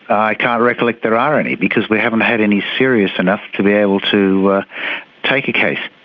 i can't recollect there are any because we haven't had any serious enough to be able to take a case.